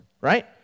right